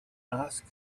ask